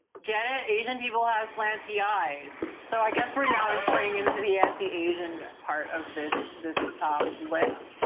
get it. asian people have slanty eyes. so i guess we're now entering into the anti asian part of this, this list.